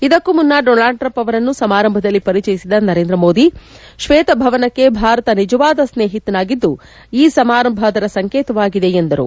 ಇದಕ್ಕೂ ಮುನ್ನ Donald Trump ಅವರನ್ನು ಸಮಾರಂಭದಲ್ಲಿ ಪರಿಚಯಿಸಿದ ನರೇಂದ್ರ ಮೋದಿ ಶ್ವೇತಭವನಕ್ಕೆ ಭಾರತ ನಿಜವಾದ ಸ್ನೇಹಿತನಾಗಿದ್ದು ಈ ಸಮಾರಂಭ ಅದರ ಸಂಕೇತವಾಗಿದೆ ಎಂದರು